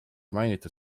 mainitud